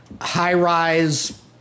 high-rise